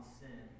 sin